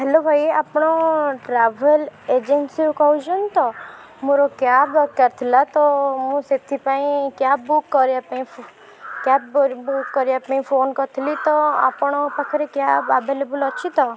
hello ଭାଇ ଆପଣ travel ଏଜେନ୍ସରୁ କହୁଛନ୍ତି ତ ମୋର କ୍ୟାବ ଦରକାର ଥିଲା ତ ମୁଁ ସେଥିପାଇଁ କ୍ୟାବ ବୁକ୍ କରିବା ପାଇଁ ଫୋ କ୍ୟାବ ବୁକ୍ କରିବା ପାଇଁ ଫୋନ୍ କରିଥିଲି ଆପଣଙ୍କ ପାଖରେ କ୍ୟାବ ଆବେଲେବୁଲ ଅଛି ତ